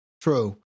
True